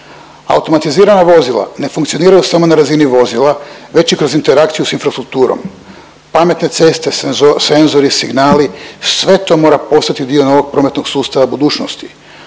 Automatizirana vozila ne funkcioniraju samo na razini vozila već i kroz interakciju s infrastrukturom. Pametne ceste, senzori, signali, sve to mora postati dio novog prometnog sustava budućnosti.